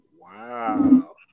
Wow